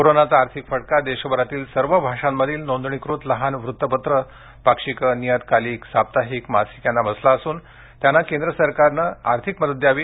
कोरोनाचा आर्थिक फटका देशभरातील सर्व भाषांमधील नोंदणीकृत लहान वृत्तपत्रं पाक्षिक नियतकालिक साप्ताहिक मासिक यांना बसला असून त्यांना केंद्र सरकारने आर्थिक मदत करावी